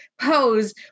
pose